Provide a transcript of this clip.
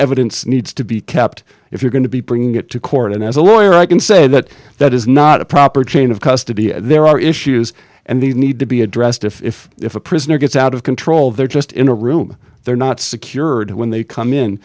evidence needs to be kept if you're going to be bringing it to court and as a lawyer i can say that that is not a proper chain of custody there are issues and these need to be addressed if if a prisoner gets out of control they're just in a room they're not secured when they come in